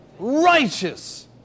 Righteous